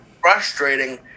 frustrating